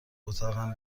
اتاقم